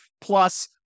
Plus